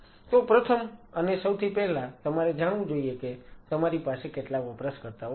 તો પ્રથમ અને સૌથી પહેલા તમારે જાણવું જોઈએ કે તમારી પાસે કેટલા વપરાશકર્તાઓ છે